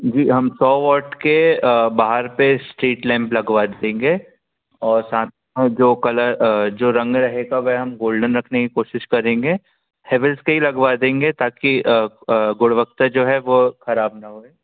जी हम सौ वॉट के बाहर पर स्ट्रीट लैम्प लगवा देंगे और साथ साथ जो कलर जो रंग रहेगा वह हम गोल्डन रखने की कोशिश करेंगे हैवेल्स के ही लगवा देंगे ताकि गुणवक्ता जो है वह ख़राब ना होए